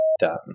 done